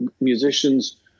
musicians